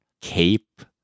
cape